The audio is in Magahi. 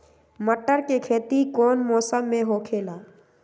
मटर के खेती कौन मौसम में होखेला?